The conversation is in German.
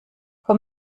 komm